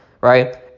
right